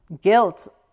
Guilt